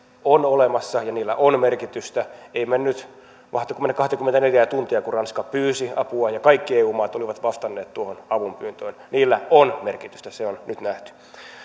ovat olemassa ja niillä on merkitystä ei mennyt kahtakymmentäneljää tuntia kun ranska pyysi apua ja kaikki eu maat olivat vastanneet tuohon avunpyyntöön niillä on merkitystä se on nyt nähty